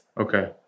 Okay